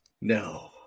No